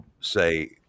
say